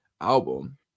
album